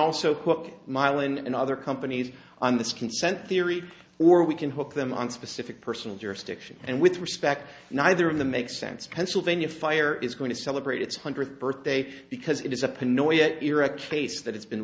also cook mylan and other companies on this consent theory or we can hook them on specific personal jurisdiction and with respect neither of them makes sense pennsylvania fire is going to celebrate its hundredth birthday because it is a pin or yet era case that it's been